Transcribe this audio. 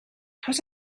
тус